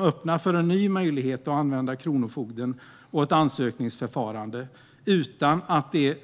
De öppnar för en ny möjlighet att använda kronofogden och ett ansökningsförfarande utan att det